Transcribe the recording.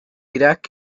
iraq